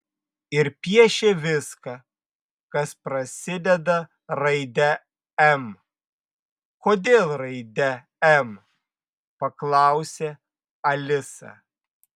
ir piešė viską kas prasideda raide m kodėl raide m paklausė alisa